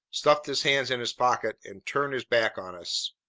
stuffed his hands in his pockets, and turned his back on us.